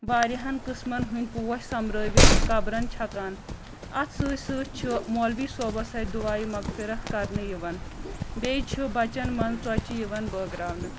واریہن قٕسمن ہٕنٛدۍ پوش سمبرٲوِتھ قبرن چھکان اتھ سۭتۍ سۭتۍ چھ مولوی صوبس اتھۍ دُعاے مغفرت کرنہٕ یِوان بیٚیہِ چھِ بچن منٛز ژۄچہِ یِوان بٲگراونہٕ